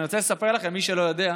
אני רוצה לספר לכם, למי שלא יודע,